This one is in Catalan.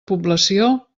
població